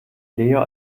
leo